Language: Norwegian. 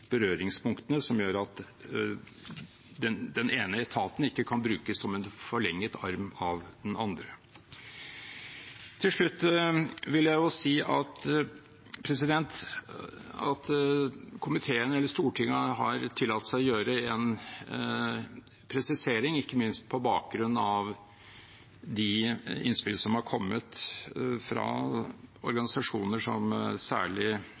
berøringspunktene som gjør at den ene etaten ikke kan brukes som en forlenget arm av den andre. Til slutt vil jeg si at komiteen, eller Stortinget, har tillatt seg å gjøre en presisering, ikke minst på bakgrunn av de innspill som er kommet fra organisasjoner som særlig